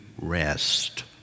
rest